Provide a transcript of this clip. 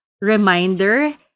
reminder